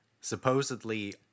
supposedly